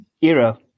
era